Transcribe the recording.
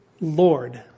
Lord